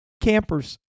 campers